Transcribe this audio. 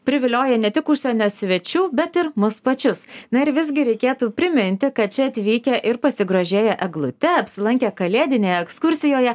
privilioja ne tik užsienio svečių bet ir mus pačius na ir visgi reikėtų priminti kad čia atvykę ir pasigrožėję eglute apsilankę kalėdinėje ekskursijoje